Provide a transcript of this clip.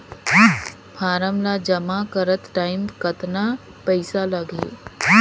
Form ला जमा करत टाइम कतना पइसा लगही?